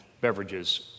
beverages